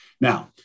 Now